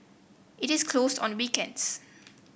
it is closed on weekends